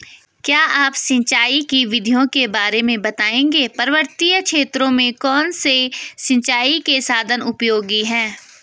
क्या आप सिंचाई की विधियों के बारे में बताएंगे पर्वतीय क्षेत्रों में कौन से सिंचाई के साधन उपयोगी हैं?